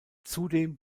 zudem